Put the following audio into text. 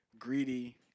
Greedy